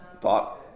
thought